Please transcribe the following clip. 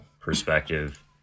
perspective